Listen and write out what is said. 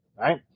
right